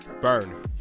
Burn